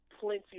plenty